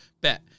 Bet